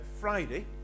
Friday